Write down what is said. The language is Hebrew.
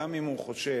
גם אם הוא חושב